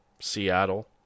Seattle